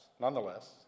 nonetheless